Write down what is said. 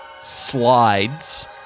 slides